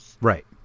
Right